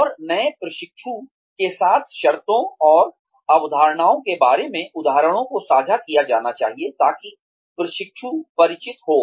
और नए प्रशिक्षु के साथ शर्तों और अवधारणाओं के बारे में उदाहरणों को साझा किया जाना चाहिए ताकि प्रशिक्षु परिचित हो